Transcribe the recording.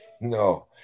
No